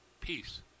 Peace